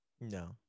No